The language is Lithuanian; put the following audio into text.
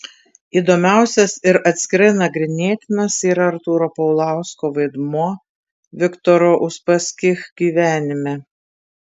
įdomiausias ir atskirai nagrinėtinas yra artūro paulausko vaidmuo viktoro uspaskich gyvenime